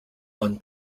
run